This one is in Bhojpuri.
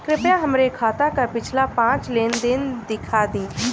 कृपया हमरे खाता क पिछला पांच लेन देन दिखा दी